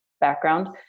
background